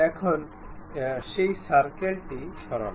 এখন সেই সার্কেল টি সরান